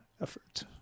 effort